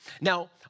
Now